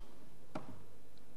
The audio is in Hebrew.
אין זה הגנת עורף?